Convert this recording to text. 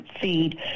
feed